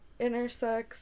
intersex